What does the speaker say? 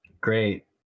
Great